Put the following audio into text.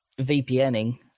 VPNing